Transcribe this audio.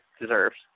deserves